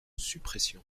suppression